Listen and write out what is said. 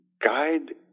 guide